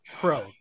Pro